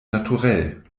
naturell